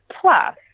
Plus